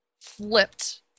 flipped